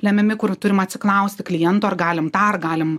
lemiami kur turim atsiklausti kliento ar galim tą ar galim